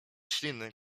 śliny